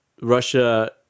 Russia